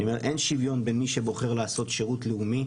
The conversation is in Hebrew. אין שוויון בין מי שבוחר לעשות שירות לאומי